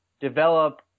develop